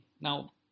Now